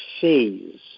phase